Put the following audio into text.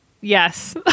Yes